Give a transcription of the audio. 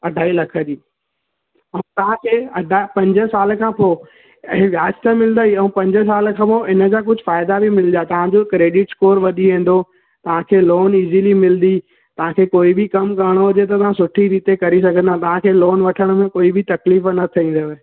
अढाई लख जी ऐं तव्हां खे अढ पंज साल खां पोइ ऐं लास्ट ताईं पंज साल खां पोइ इनजा कुझु फ़ाइदा बि मिलंदा तव्हां जो क्रेडिट स्कोर वधी वेंदो तव्हां खे लोन इजीली मिलंदी तव्हां खे कोई बि कम करणु हुजे त तव्हां सुठी रीते करी सघंदा तव्हां खे लोन वठण में कोई बि तकलीफ़ न थींदव